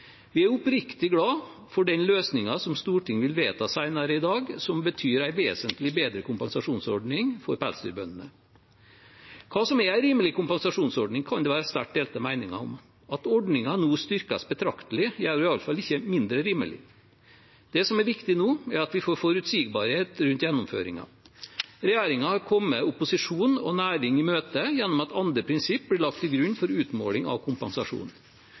Vi er oppriktig glade for den løsningen som Stortinget vil vedta senere i dag, og som betyr en vesentlig bedre kompensasjonsordning for pelsdyrbøndene. Hva som er en rimelig kompensasjonsordning, kan det være sterkt delte meninger om. At ordningen nå styrkes betraktelig, gjør den i hvert fall ikke mindre rimelig. Det som er viktig nå, er at vi får forutsigbarhet rundt gjennomføringen. Regjeringen har kommet opposisjon og næring i møte gjennom at andre prinsipper blir lagt til grunn for utmåling av kompensasjon.